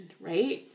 right